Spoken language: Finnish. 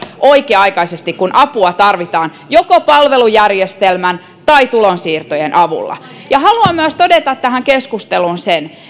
oikea aikaisesti silloin kun apua tarvitaan joko palvelujärjestelmän tai tulonsiirtojen avulla haluan myös todeta tähän keskusteluun sen